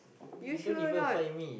you sure or not